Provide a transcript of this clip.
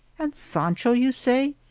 and sancho, you say?